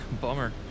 Bummer